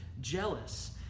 jealous